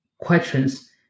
questions